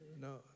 No